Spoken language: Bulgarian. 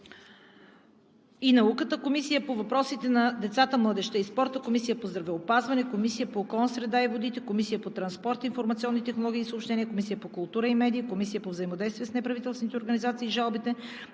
и науката, Комисията по въпросите на децата, младежта и спорта, Комисията по здравеопазването, Комисията по околната среда и водите, Комисията по транспорт, информационни технологии и съобщения, Комисията по културата и медиите, Комисията по взаимодействието с неправителствените организации и жалбите